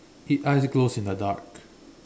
its eyes glows in the dark